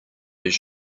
his